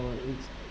or it